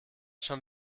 schon